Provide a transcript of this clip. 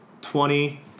Twenty